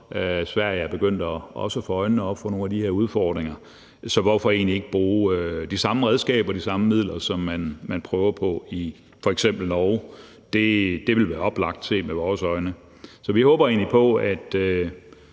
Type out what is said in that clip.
Sverige er også begyndt at få øjnene op for nogle af de udfordringer. Så hvorfor egentlig ikke bruge de samme redskaber og de samme midler, som man prøver at gøre i f.eks. Norge? Det ville være oplagt set med vores øjne. Så vi håber egentlig på, at